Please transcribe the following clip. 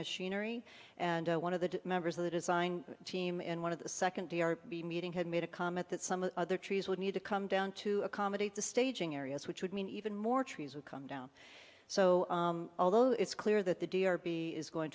machinery and one of the members of the design team in one of the second to be meeting had made a comment that some other trees would need to come down to accommodate the staging areas which would mean even more trees would come down so although it's clear that the d r b is going